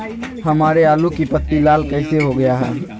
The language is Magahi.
हमारे आलू की पत्ती लाल कैसे हो गया है?